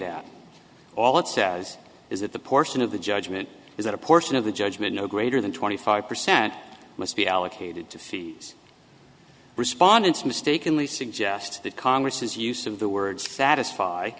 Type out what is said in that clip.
that all it says is that the portion of the judgment is that a portion of the judgment no greater than twenty five percent must be allocated to fees respondents mistakenly suggest that congress's use of the word satisfy